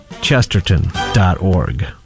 Chesterton.org